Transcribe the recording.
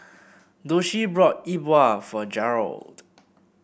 Doshie brought E Bua for Garold